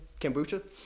Kombucha